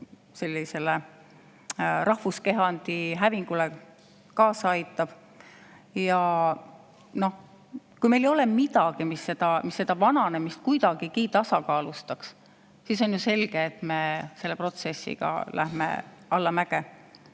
mis rahvuskehandi hävingule kaasa aitab. Ja kui meil ei ole midagi, mis seda vananemist kuidagigi tasakaalustaks, siis on ju selge, et me läheme selle protsessiga allamäge.